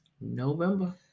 November